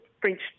French